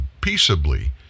peaceably